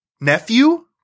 nephew